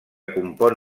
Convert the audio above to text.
compon